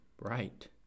right